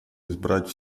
избрать